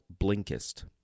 Blinkist